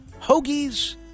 hoagies